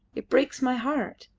it breaks my heart.